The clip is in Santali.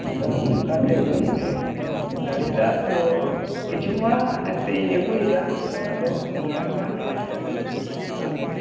ᱟᱫᱚ ᱚᱱᱠᱟᱛᱮ ᱵᱟᱹᱧ ᱟᱹᱜᱩ ᱫᱟᱲᱮᱭᱟᱫᱟ ᱛᱚ ᱠᱤᱪᱷᱩᱢᱟ ᱮᱱᱛᱮᱫ ᱤᱧ ᱟᱹᱜᱩᱭᱮᱫᱟ ᱟᱫᱚ ᱚᱱᱟᱨᱮᱱᱟᱜ ᱯᱚᱭᱥᱟ ᱜᱮ ᱟᱢᱤᱧ